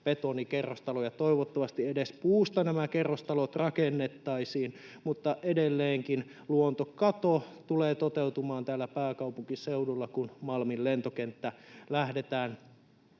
betonikerrostaloja — toivottavasti edes puusta nämä kerrostalot rakennettaisiin. Edelleenkin luontokato tulee toteutumaan täällä pääkaupunkiseudulla, kun Malmin lentokenttää lähdetään